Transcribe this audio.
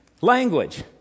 Language